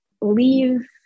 leave